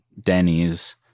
Denny's